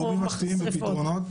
גורמים ממלכתיים ופתרונות.